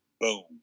boom